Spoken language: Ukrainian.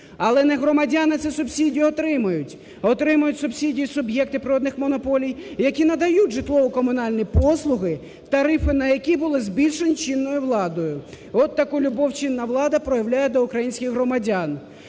але не громадяни ці субсидії отримують, а отримують субсидії суб'єкти природних монополій, які надають житлово-комунальні послуги, тарифи на які були збільшені чинною владою. От таку любов чинна влада проявляє до українських громадян.